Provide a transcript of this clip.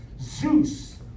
Zeus